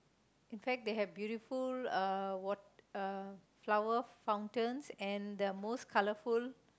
in fact they have beautiful uh wat~ uh flower fountains and the most colourful